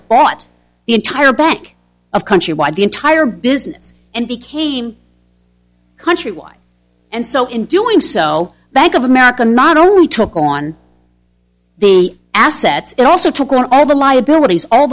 bought the entire bank of countrywide the entire business and became countrywide and so in doing so bank of america not only took on the assets it also took on over liabilities all